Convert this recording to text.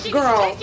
girl